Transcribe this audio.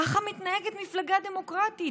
ככה מתנהגת מפלגה דמוקרטית.